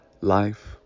Life